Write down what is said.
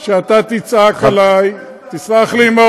החולשה שלך, שאתה לא מבין את